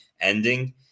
ending